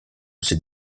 ces